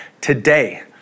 today